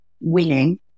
winning